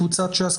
קבוצת ש"ס,